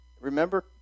remember